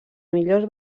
millors